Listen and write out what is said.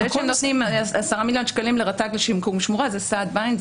זה שנותנים עשרה מיליון שקלים לרט"ג לשיקום שמורה זה סעד בעין,